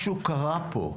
משהו קרה פה.